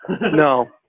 No